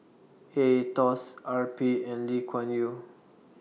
A Etos R P and Li Kuan YOU